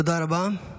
תודה רבה.